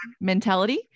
mentality